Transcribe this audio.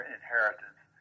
inheritance